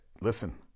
listen